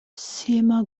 sima